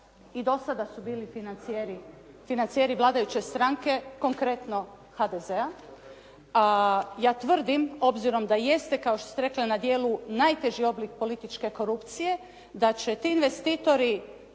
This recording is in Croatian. i do sada su bili financijeri vladajuće stranke, konkretno HDZ-a, a ja tvrdim, obzirom da jeste kao što ste rekli a na dijelu najteži oblik političke korupcije, da će ti investitori